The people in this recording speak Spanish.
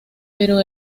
pero